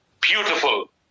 Beautiful